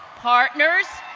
partners,